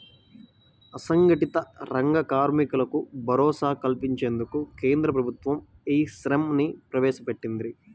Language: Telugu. అసంఘటిత రంగ కార్మికులకు భరోసా కల్పించేందుకు కేంద్ర ప్రభుత్వం ఈ శ్రమ్ ని ప్రవేశపెట్టింది